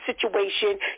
situation